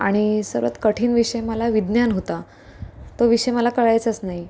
आणि सर्वात कठीण विषय मला विज्ञान होता तो विषय मला कळायचाच नाही